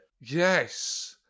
yes